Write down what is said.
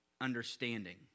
understanding